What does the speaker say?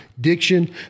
diction